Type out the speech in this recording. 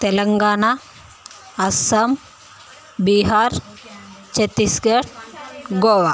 Telangana Assam Bihar Chhattisgarh Goa